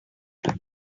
story